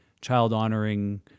child-honoring